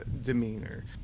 demeanor